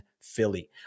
Philly